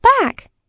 back